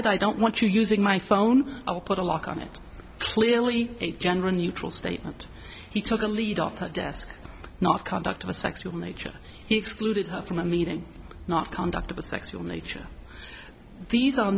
it i don't want you using my phone i'll put a lock on it clearly a general neutral statement he took the lead off her desk not conduct a sexual nature excluded from a meeting not conduct of a sexual nature these are